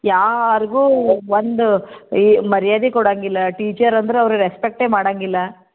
ಯಾರಿಗೂ ಒಂದು ಈ ಮರ್ಯಾದೆ ಕೊಡೋಂಗಿಲ್ಲ ಟೀಚರ್ ಅಂದರೆ ಅವ್ರ್ಗೆ ರೆಸ್ಪೆಕ್ಟೇ ಮಾಡೋಂಗಿಲ್ಲ